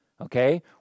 okay